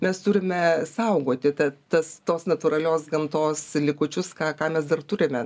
mes turime saugoti ta tas tos natūralios gamtos likučius ką ką mes dar turime